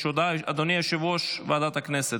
שעת חירום (חרבות ברזל) (הארכת מעצר לחשוד בעבירת ביטחון)